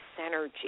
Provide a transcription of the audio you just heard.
synergy